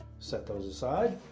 set those aside